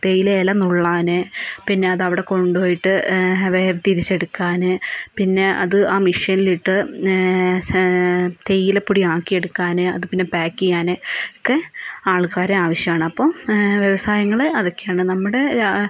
തേയില ഇല നുള്ളാൻ പിന്നെ അത് അവിടെ കൊണ്ടുപോയിട്ട് വേർതിരിച്ചെടുക്കാൻ പിന്നെ അത് ആ മെഷീനിൽ ഇട്ട് തേയിലപ്പൊടി ആക്കിയെടുക്കാൻ അത് പിന്നെ പാക്ക് ചെയ്യാൻ ഒക്കെ ആൾക്കാരെ ആവിശ്യമാണ് അപ്പോൾ വ്യവസായങ്ങൾ അതൊക്കെയാണ് നമ്മുടെ